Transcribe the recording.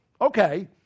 okay